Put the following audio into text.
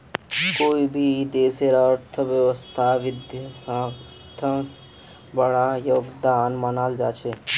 कोई भी देशेर अर्थव्यवस्थात वित्तीय संस्थार बडका योगदान मानाल जा छेक